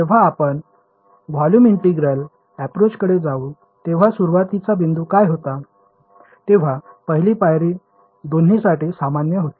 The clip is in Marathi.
जेव्हा आपण व्हॉल्यूम इंटिग्रल अप्रोचकडे जाऊ तेव्हा सुरवातीचा बिंदू काय होता तेव्हा पहिली पायरी दोन्हीसाठी सामान्य होती